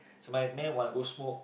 so my man want go smoke